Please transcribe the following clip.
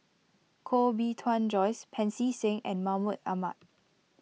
Koh Bee Tuan Joyce Pancy Seng and Mahmud Ahmad